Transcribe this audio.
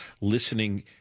listening